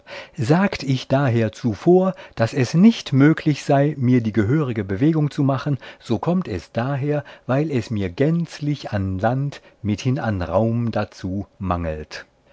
sagt ich daher zuvor daß es nicht möglich sei mir die gehörige bewegung zu machen so kommt es daher weil es mir gänzlich an land mithin an raum dazu mangelt